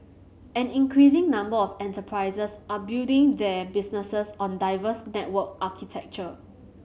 an increasing number of enterprises are building their businesses on diverse network architecture